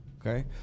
okay